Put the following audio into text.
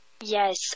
Yes